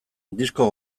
disko